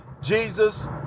Jesus